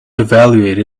evaluate